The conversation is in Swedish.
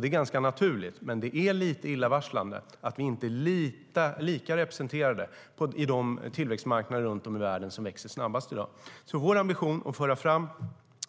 Det är ganska naturligt, men det är lite illavarslande att vi inte är lika välrepresenterade på de tillväxtmarknader runt om i världen som växer snabbast i dag. Vår ambition att